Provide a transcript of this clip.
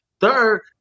Third